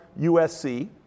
USC